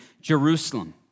Jerusalem